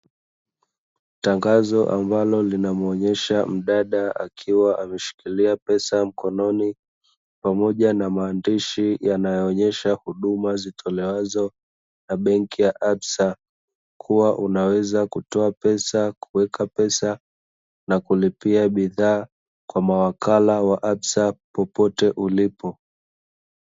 Tangazo, ambalo linamuonesha mdada akiwa ameshikilia pesa mkononi, pamoja na maandishi yanayoonesha huduma zitolewazo na Benki ya 'ABSA', kuwa unaweza kutoa pesa, kuweka pesa, na kulipia bidhaa kwa mawakala wa 'ABSA' popote ulipo.